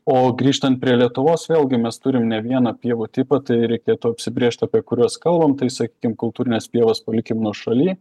o grįžtant prie lietuvos vėlgi mes turim ne vieną pievų tipą tai reikėtų apsibrėžti apie kuriuos kalbam tai sakykim kultūrines pievas palikim nuošaly